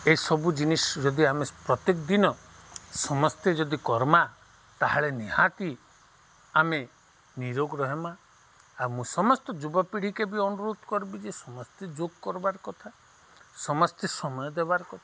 ଏସବୁ ଜିନିଷ୍ ଯଦି ଆମେ ପ୍ରତ୍ୟେକ୍ ଦିନ ସମସ୍ତେ ଯଦି କର୍ମା ତା'ହେଲେ ନିହାତି ଆମେ ନିରୋଗ୍ ରହେମା ଆଉ ମୁଁ ସମସ୍ତେ ଯୁବପିଢ଼ୀକେ ବି ଅନୁରୋଧ୍ କର୍ବି ଯେ ସମସ୍ତେ ଯୋଗ୍ କର୍ବାର୍ କଥା ସମସ୍ତେ ସମୟ ଦେବାର୍ କଥା